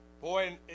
Boy